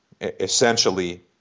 essentially